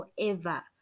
forever